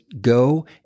go